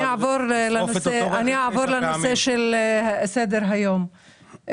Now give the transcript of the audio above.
אני עוברת לנושא שעל סדר היום.